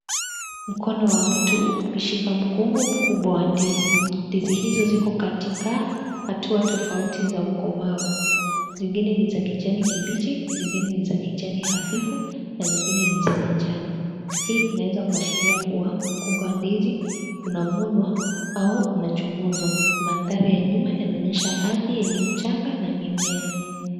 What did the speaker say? Mkono wa mtu ukishika mkungu mkubwa wa ndizi, ndizi hizo ziko katika hatua tofauti za ukomavu zingine ni za kijani kibichi , zingine ni za kijani hafifu na zingine ni za manjano. Hii inaweza kuashiria kuwa mkungu wa ndizi unavunwa au unachunguzwa. Mandhari ya nyuma yanaonyesha ardhi yenye mchanga na mmea.